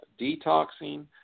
detoxing